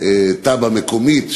תב"ע מקומית,